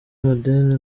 amadeni